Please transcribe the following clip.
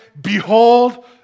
Behold